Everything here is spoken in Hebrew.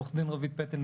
עורך דין רביד פטל,